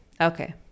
Okay